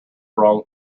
wrong